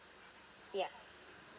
ya